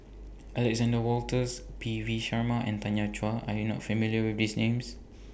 Alexander Wolters P V Sharma and Tanya Chua Are YOU not familiar with These Names